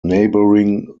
neighbouring